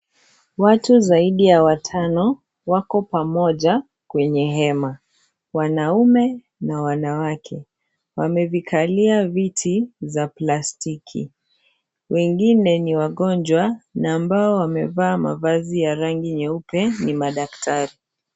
Watu zaidi ya watano wako pamoja kwenye hema wanaume na wanawake wamevikalia viti za plastiki, Wengine ni wagonjwa ambao wamevaa mavazi ya rangi nyeupe ni madaktari.